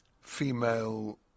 female